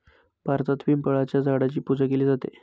भारतात पिंपळाच्या झाडाची पूजा केली जाते